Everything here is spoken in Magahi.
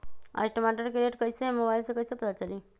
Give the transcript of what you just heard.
आज टमाटर के रेट कईसे हैं मोबाईल से कईसे पता चली?